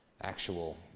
actual